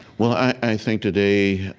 well, i think, today,